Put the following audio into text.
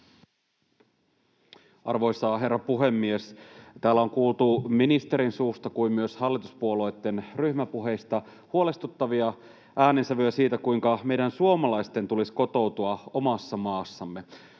Arvoisa herra puhemies! Täällä on kuultu niin ministerin suusta kuin myös hallituspuolueitten ryhmäpuheista huolestuttavia äänensävyjä siitä, kuinka meidän suomalaisten tulisi kotoutua omassa maassamme.